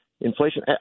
inflation